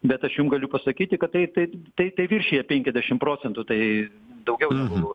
bet aš jum galiu pasakyti kad tai tai tai tai viršija penkiasdešim procentų tai daugiau negu